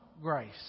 grace